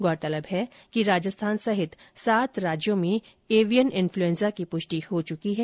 गौरतलब है कि राजस्थान सहित सात राज्यों में एवियन इंफ्लूऐंजा की पुष्टि हो चुकी है